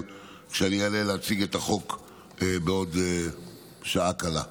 כשאני אעלה להציג את החוק בעוד שעה קלה.